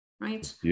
right